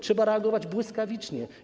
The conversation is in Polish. Trzeba reagować błyskawicznie.